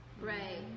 Right